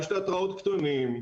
תיאטראות קטנים,